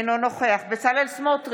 אינו נוכח בצלאל סמוטריץ'